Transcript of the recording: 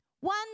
One